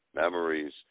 memories